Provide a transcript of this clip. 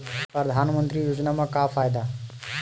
परधानमंतरी योजना म का फायदा?